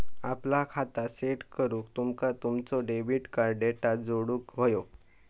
आपला खाता सेट करूक तुमका तुमचो डेबिट कार्ड डेटा जोडुक व्हयो